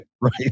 Right